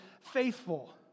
faithful